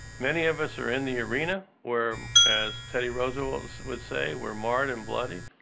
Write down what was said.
many of us are in the arena, where, as teddy roosevelt would say, we're marred and bloody.